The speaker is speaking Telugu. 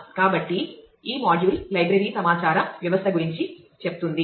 కాబట్టి ఈ మాడ్యూల్ లైబ్రరీ సమాచార వ్యవస్థ గురించి చెప్తుంది